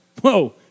Whoa